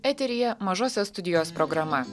eteryje mažosios studijos programa